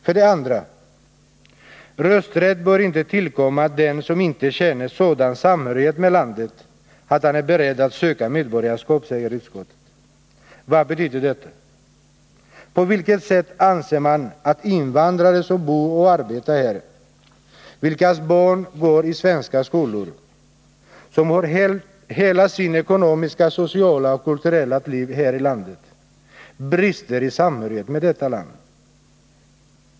För det andra: Rösträtt bör inte tillkomma den som inte känner sådan samhörighet med landet att han är beredd att söka medborgarskap, säger utskottet. Vad betyder detta? På vilket sätt anser man att invandrare, som bor och arbetar här, vilkas barn går i svenska skolor, som har hela sitt ekonomiska, sociala och kulturella liv här i landet, brister i samhörighet med detta land?